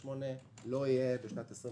38 מיליארד שקלים לא יהיה בשנת 21,